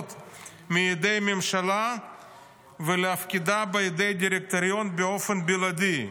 מידי הממשלה ולהפקידה בידי הדירקטוריון באופן בלעדי.